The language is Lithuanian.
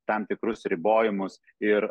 tam tikrus ribojimus ir